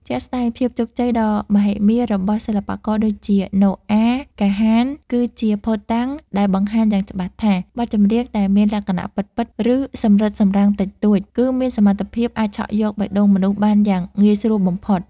ជាក់ស្តែង ភាពជោគជ័យដ៏មហិមារបស់សិល្បករដូចជា ណូអា កាហាន គឺជាភស្តុតាងដែលបង្ហាញយ៉ាងច្បាស់ថា បទចម្រៀងដែលមានលក្ខណៈ ពិតៗ ឬសម្រិតសម្រាំងតិចតួច គឺមានសមត្ថភាពអាចឆក់យកបេះដូងមនុស្សបានយ៉ាងងាយស្រួលបំផុត។